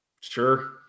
Sure